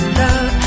love